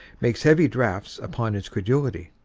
makes heavy drafts upon his credulity.